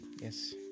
Yes